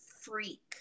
freak